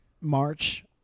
March